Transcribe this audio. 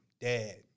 dad